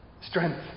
strength